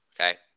okay